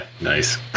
nice